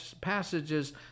passages